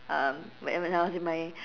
um when I when I was in my